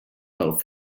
del